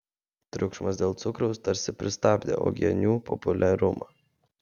triukšmas dėl cukraus tarsi pristabdė uogienių populiarumą